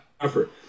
effort